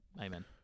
amen